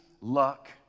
luck